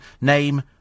Name